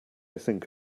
think